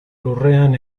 lurrean